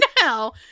now